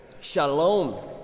Shalom